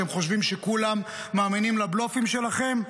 אתם חושבים שכולם מאמינים לבלופים שלכם,